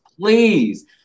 please